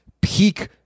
peak